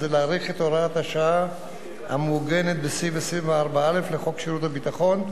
להאריך את הוראת השעה המעוגנת בסעיף 24א לחוק שירות ביטחון ,